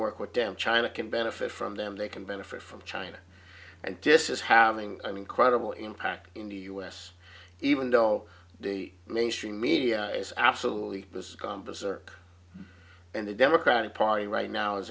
work with them china can benefit from them they can benefit from china and disses having i mean credible impact in the u s even though the mainstream media is absolutely has gone berserk and the democratic party right now is